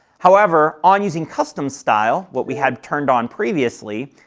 however, on using custom style, what we had turned on previously,